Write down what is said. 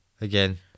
Again